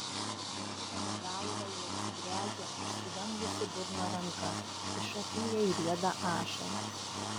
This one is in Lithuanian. kratydama galvą ji atsigręžia užsidengusi burną ranka iš akių jai rieda ašaros